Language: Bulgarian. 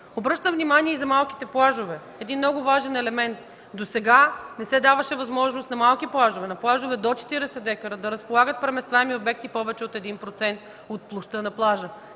Обръщам внимание и за малките плажове – един много важен елемент. Досега не се даваше възможност на малки плажове, на плажове до 40 дка да разполагат с преместваеми обекти с повече от 1% от площта на плажа.